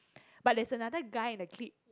but there's another guy in the clique